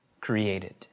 created